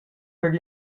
per